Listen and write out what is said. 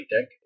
deck